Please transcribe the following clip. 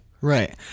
right